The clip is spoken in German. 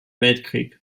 weltkrieg